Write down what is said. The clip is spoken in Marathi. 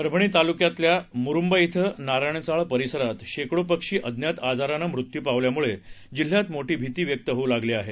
परभणी तालुक्यातल्या मुरूंबा श्वि आणि नारायण चाळ परिसरात शेकडो पक्षी अज्ञात आजारानं मृत्यू पावल्यामुळे जिल्ह्यात मोठी भिती व्यक्त होऊ लागली आहे